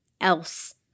else